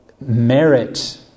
merit